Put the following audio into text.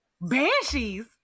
Banshees